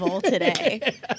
today